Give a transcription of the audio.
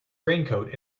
raincoat